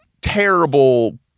terrible